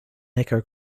neckar